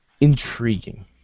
intriguing